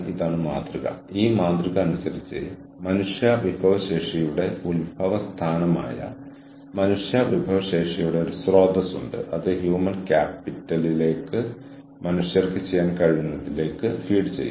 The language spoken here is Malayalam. ഏറ്റവും അപ്ഡേറ്റ് ചെയ്ത സ്പെഷ്യലൈസ്ഡ് അറിവ് നൽകൽ പുതിയ അറിവ് സൃഷ്ടിക്കൽ പരീക്ഷണത്തിന്റെ ചെലവിലൂടെ വിൽക്കാൻ കഴിയും